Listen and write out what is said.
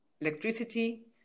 electricity